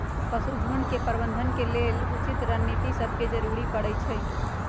पशु झुण्ड के प्रबंधन के लेल उचित रणनीति सभके जरूरी परै छइ